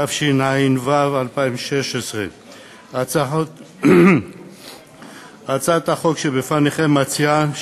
התשע"ו 2016. הצעת החוק שלפניכם מציעה